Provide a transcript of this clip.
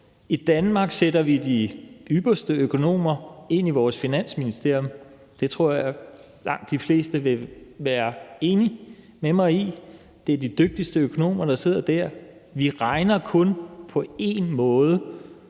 I Danmark sætter vi de ypperste økonomer ind i vores Finansministerium. Det tror jeg at langt de fleste vil være enig med mig i. Det er de dygtigste økonomer, der sidder der. Vi regner kun på én måde,